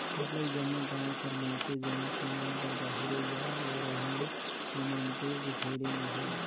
सरलग जम्मो गाँव कर मइनसे जेमन कमाए बर बाहिरे जाए रहिन ओमन दुख झेलिन अहें